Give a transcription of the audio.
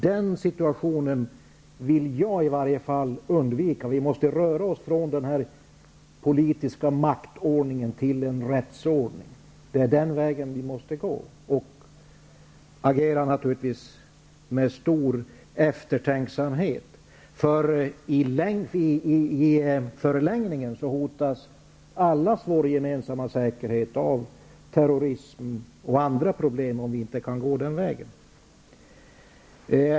Den situationen vill jag i alla fall undvika. Vi måste röra oss från den här politiska maktordningen till en rättsordning. Det är den vägen vi måste gå och vi måste naturligtvis agera med stor eftertänksamhet. I förlängningen hotas allas vår gemensamma säkerhet av terrorism och andra problem om vi inte kan gå den vägen.